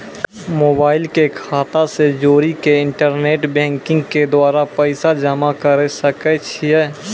Mobile के खाता से जोड़ी के इंटरनेट बैंकिंग के द्वारा पैसा जमा करे सकय छियै?